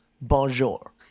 bonjour